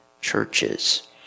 churches